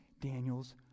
Daniel's